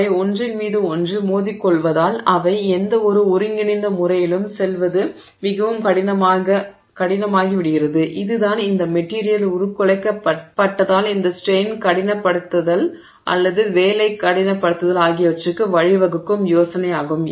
அவை ஒன்றின் மீது ஒன்று மோதிக்கொள்வதால் அவை எந்தவொரு ஒருங்கிணைந்த முறையிலும் செல்வது மிகவும் கடினமாகிவிடுகிறது இதுதான் இந்த மெட்டிரியல் உருக்குலைக்கப்பட்டதால் இந்த ஸ்ட்ரெய்ன் கடினப்படுத்துதல் அல்லது வேலை கடினப்படுத்துதல் ஆகியவற்றிற்கு வழிவகுக்கும் யோசனை ஆகும்